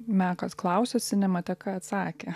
mekas klausė o sinemateka atsakė